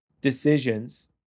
decisions